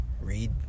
read